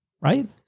Right